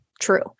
true